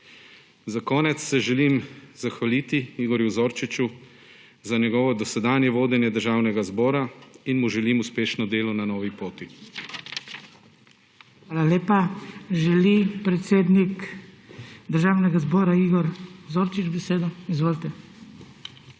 Za konec se želim zahvaliti Igorju Zorčiču za njegovo dosedanje vodenje Državnega zbora in mu želim uspešno delo na novi poti. PODPREDSEDNIK BRANKO SIMONOVIČ: Hvala lepa. Želi predsednik Državnega zbora Igor Zorčič besedo? Izvolite.